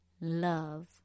love